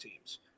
teams